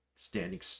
standing